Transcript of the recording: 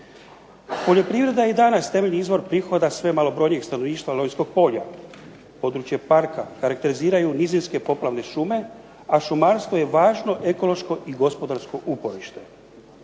Poljoprivreda je i danas temeljni izvor prihoda sve malobrojnijeg stanovništva Lonjskog polja. Područje Parka karakteriziraju nizinske poplavne šume, a šumarstvo je važno ekonomsko i gospodarsko uporište.